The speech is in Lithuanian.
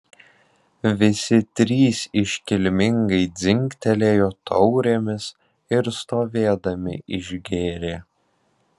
visi trys iškilmingai dzingtelėjo taurėmis ir stovėdami išgėrė